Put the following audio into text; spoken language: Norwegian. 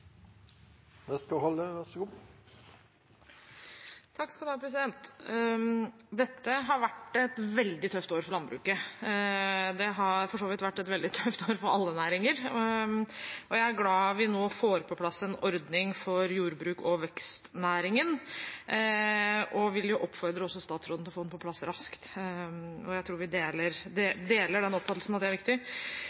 landbruket. Det har for så vidt vært et veldig tøft år for alle næringer, men jeg er glad for at vi nå får på plass en ordning for jordbruket og vekstnæringen, og vil oppfordre statsråden til å få den på plass raskt. Jeg tror vi deler den oppfattelsen at det